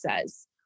says